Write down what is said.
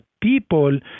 people